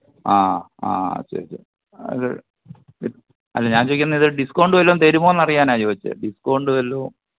ആ ആ ശരി ശരി അത് അല്ല ഞാന് ചോദിക്കുന്നത് ഡിസ്ക്കൗണ്ട് വെല്ലോം തരുമോന്നറിയനാണ് ചോദിച്ചത് ഡിസ്ക്കൗണ്ട് വെല്ലോം